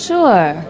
Sure